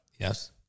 Yes